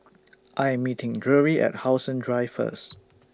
I Am meeting Drury At How Sun Drive First